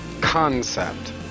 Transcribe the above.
concept